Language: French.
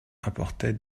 apportait